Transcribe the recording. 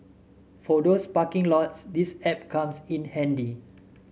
for those parking lots this app comes in handy